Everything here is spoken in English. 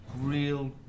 real